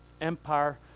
empire